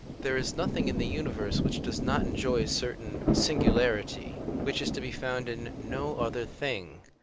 there is nothing in the universe which does not enjoy a certain singularity, which is to be found in no other thing.